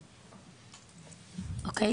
אוקי,